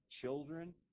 children